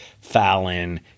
Fallon